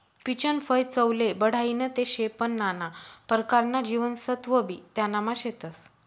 पीचनं फय चवले बढाईनं ते शे पन नाना परकारना जीवनसत्वबी त्यानामा शेतस